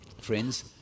Friends